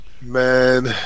Man